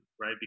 right